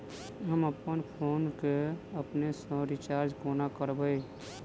हम अप्पन फोन केँ अपने सँ रिचार्ज कोना करबै?